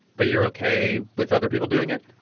but you're ok with other people doing it